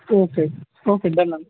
okay okay done